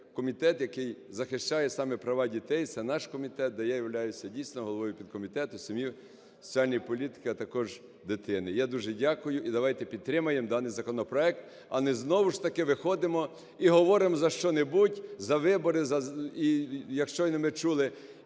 комітет, який захищає саме права дітей, це наш комітет, де я являються, дійсно, головою підкомітету сім'ї, соціальної політики, а також дитини. Я дуже дякую. І давайте підтримаємо даний законопроект, а не знову ж таки виходимо і говоримо за що-небудь, за вибори, як щойно ми чули,